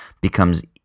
becomes